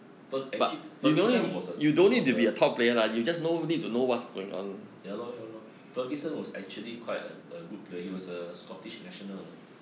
fer~ actually ferguson was a was a ya lor ya lor ferguson was actually quite a a good player he was a scottish national know